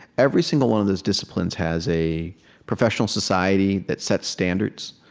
every single one of those disciplines has a professional society that sets standards.